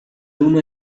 una